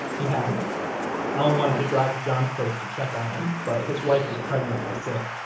he hadn't allen wanted to drive to john's place to check on him, but his wife was pregnant and sick.